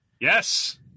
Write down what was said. yes